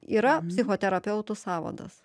yra psichoterapeutų sąvadas